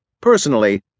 Personally